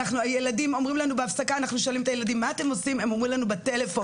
אנחנו שואלים את הילדים מה הם עושים בהפסקה והם אומרים שהם בטלפון,